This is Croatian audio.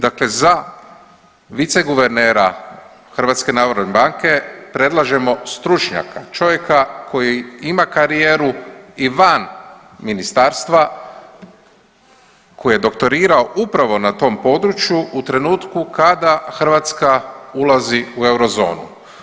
Dakle, za viceguvernera HNB-a predlažemo stručnjaka, čovjeka koji ima karijeru i van ministarstva, koji je doktorirao upravo na tom području u trenutku kada Hrvatska ulazi u eurozonu.